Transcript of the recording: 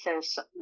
says